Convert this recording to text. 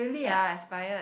ya expired